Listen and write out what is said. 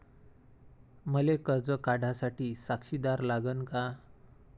मले कर्ज काढा साठी साक्षीदार लागन का?